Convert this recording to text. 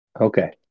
Okay